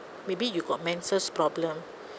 maybe you got menses problem